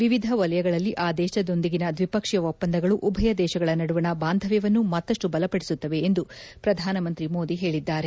ವಿವಿಧ ವಲಯಗಳಲ್ಲಿ ಆ ದೇಶದೊಂದಿಗಿನ ದ್ವಿಪಕ್ಷೀಯ ಒಪ್ಪಂದಗಳು ಉಭಯ ದೇಶಗಳ ನಡುವಣ ಬಾಂಧವ್ಯವನ್ನು ಮತ್ತಷ್ಟು ಬಲಪದಿಸುತ್ತವೆ ಎಂದು ಪ್ರಧಾನಮಂತ್ರಿ ಮೋದಿ ಹೇಳಿದ್ದಾರೆ